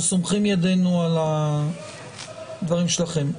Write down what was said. אנחנו סומכים ידינו על הדברים שלכם.